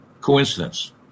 coincidence